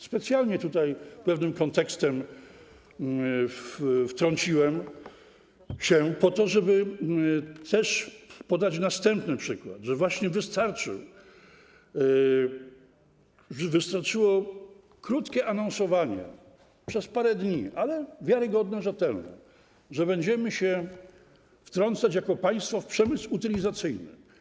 Specjalnie pewnym kontekstem wtrąciłem się, po to żeby też podać następny przykład, że właśnie wystarczyło krótkie anonsowanie przez parę dni, ale wiarygodne, rzetelne, że będziemy się wtrącać jako państwo w przemysł utylizacyjny.